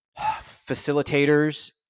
facilitators